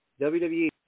WWE